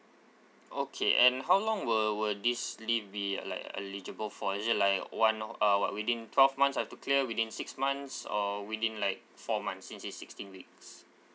okay and how long will will this leave be like eligible for or is it like one uh w~ within twelve months I have to clear within six months or within like four months since it's sixteen weeks